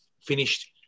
finished